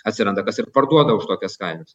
atsiranda kas ir parduoda už tokias kainas